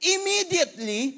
Immediately